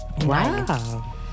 Wow